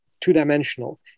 two-dimensional